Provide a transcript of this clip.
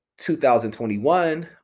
2021